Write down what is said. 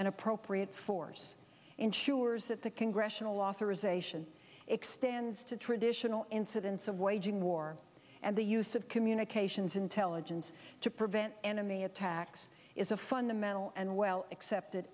and appropriate force ensures that the congressional authorization extends to traditional incidents of waging war and the use of communications intelligence to prevent enemy attacks is a fundamental and well accepted